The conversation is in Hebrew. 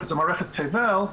זו מערכת תבל,